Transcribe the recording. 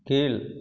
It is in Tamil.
கீழ்